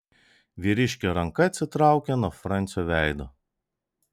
vyriškio ranka atsitraukė nuo francio veido